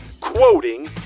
quoting